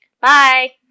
bye